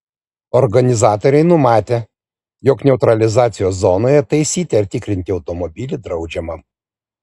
organizatoriai numatę jog neutralizacijos zonoje taisyti ar tikrinti automobilį draudžiama